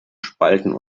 spalten